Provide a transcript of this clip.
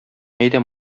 әйдә